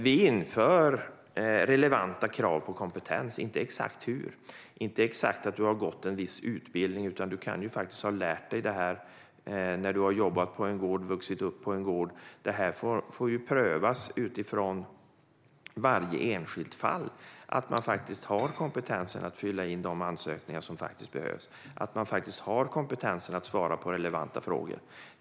Vi inför relevanta krav på kompetens men utan exakt krav på att man ska ha gått en viss utbildning, utan man kan ha lärt sig genom att ha vuxit upp och jobbat på en gård. Det får prövas i varje enskilt fall om man har kompetensen att fylla i de ansökningar som behövs och svara på relevanta frågor.